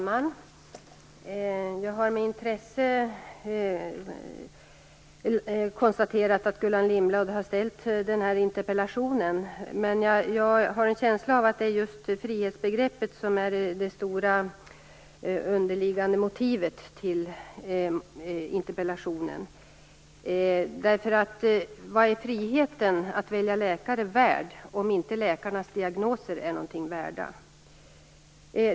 Fru talman! Jag har med intresse konstaterat att Gullan Lindblad har ställt den här interpellationen, och jag har en känsla av att det just är frihetsbegreppet som är det stora underliggande motivet till interpellationen. Men vad är friheten att välja läkare värd, om inte läkarnas diagnoser är någonting värda?